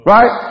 Right